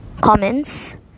Comments